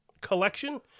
collection